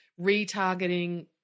Retargeting